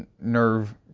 nerve